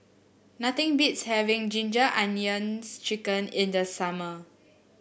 nothing beats having Ginger Onions chicken in the summer